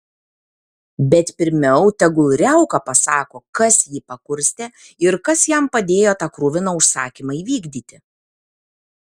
bet pirmiau tegul riauka pasako kas jį pakurstė ir kas jam padėjo tą kruviną užsakymą įvykdyti